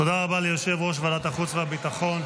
תודה רבה ליושב-ראש ועדת החוץ והביטחון.